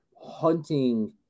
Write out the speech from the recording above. hunting